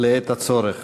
לעת הצורך.